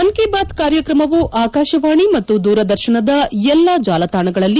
ಮನ್ ಕೀ ಬಾತ್ ಕಾರ್ಯಕ್ರಮವು ಆಕಾಶವಾಣಿ ಮತ್ತು ದೂರದರ್ಶನದ ಎಲ್ಲಾ ಜಾಲತಾಣಗಳಲ್ಲಿ